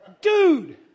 dude